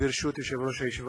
ברשות יושב-ראש הישיבה,